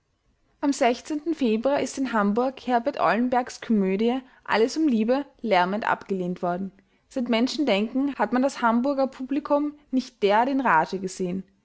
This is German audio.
am februar ist in hamburg herbert eulenbergs komödie alles um liebe lärmend abgelehnt worden seit menschendenken hat man das hamburger publikum nicht derart in rage gesehen